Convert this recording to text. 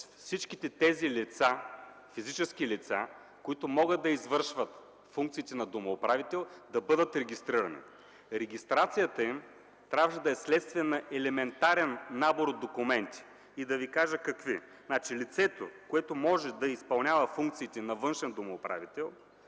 всичките тези физически лица, които могат да извършват функциите на домоуправител, да бъдат регистрирани. Регистрацията им трябваше да е вследствие на елементарен набор документи и да ви кажа какви. Лицето, което може да изпълнява функциите на външен домоуправител,